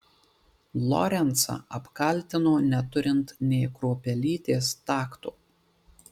lorencą apkaltino neturint nė kruopelytės takto